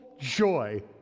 joy